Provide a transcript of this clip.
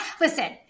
Listen